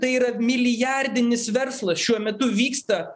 tai yra milijardinis verslas šiuo metu vyksta